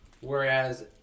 whereas